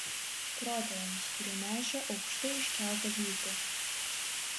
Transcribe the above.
protėviams kurie nešė aukštai iškeltą vytį